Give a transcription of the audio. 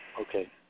Okay